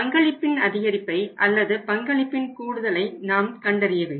பங்களிப்பின் அதிகரிப்பை அல்லது பங்களிப்பின் கூடுதலை நாம் கண்டறிய வேண்டும்